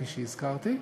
כפי שהזכרתי.